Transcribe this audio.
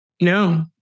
No